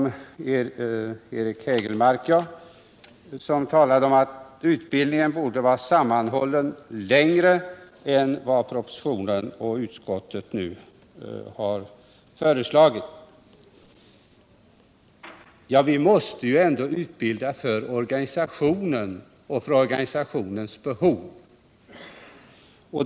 Eric Hägelmark talade om att utbildningen borde vara sammanhållen längre än vad som föreslås i propositionen och utskottsbetänkandet. Vi måste ju ändå utbilda för organisationen och för dess behov.